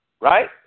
Right